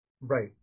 Right